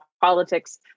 politics